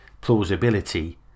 plausibility